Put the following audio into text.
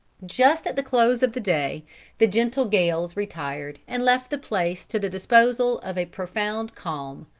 just at the close of the day the gentle gales retired and left the place to the disposal of a profound calm.